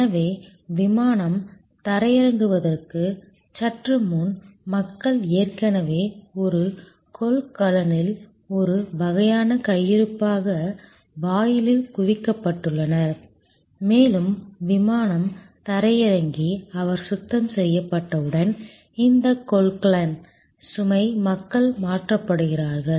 எனவே விமானம் தரையிறங்குவதற்கு சற்று முன்பு மக்கள் ஏற்கனவே ஒரு கொள்கலனில் ஒரு வகையான கையிருப்பாக வாயிலில் குவிக்கப்பட்டுள்ளனர் மேலும் விமானம் தரையிறங்கி அவர் சுத்தம் செய்யப்பட்டவுடன் இந்த கொள்கலன் சுமை மக்கள் மாற்றப்படுகிறார்கள்